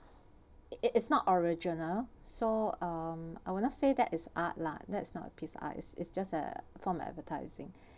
it it's not original so um I would not say that is art lah that's not a piece art is is just uh form advertising